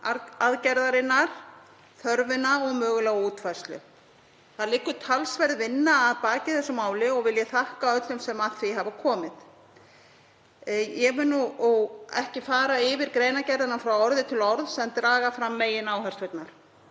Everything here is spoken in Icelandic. aðgerðarinnar, þörfina og mögulega útfærslu. Talsverð vinna liggur að baki þessu máli og vil ég þakka öllum sem að því hafa komið. Ég mun ekki fara yfir greinargerðina frá orði til orðs en draga fram megináherslurnar.